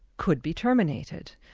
could be terminated,